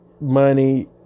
money